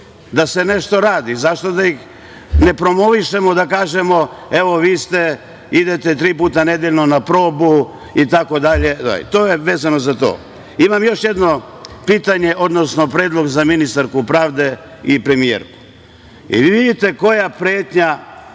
da se nešto radi, zašto da ih ne promovišemo, da kažemo – evo, vi idete tri puta nedeljno na probu itd? To je vezano za to. Imam još jedno pitanje, odnosno predlog za ministarku pravde i premijerku. Da li vi vidite pretnju